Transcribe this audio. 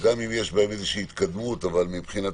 וגם אם יש בהם איזו התקדמות, אבל מבחינתנו,